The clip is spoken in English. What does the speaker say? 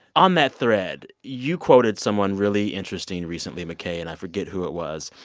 on that thread, you quoted someone really interesting recently, mckay, and i forget who it was.